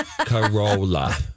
Corolla